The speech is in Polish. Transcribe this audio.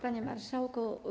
Panie Marszałku!